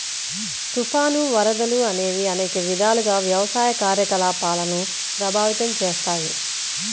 తుఫాను, వరదలు అనేవి అనేక విధాలుగా వ్యవసాయ కార్యకలాపాలను ప్రభావితం చేస్తాయి